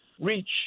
reach